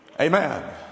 Amen